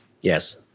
Yes